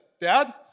Dad